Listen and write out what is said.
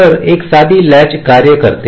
तर एक साधी लॅच कार्य करते